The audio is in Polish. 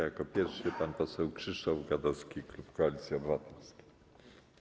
Jako pierwszy pan poseł Krzysztof Gadowski, klub Koalicja Obywatelska.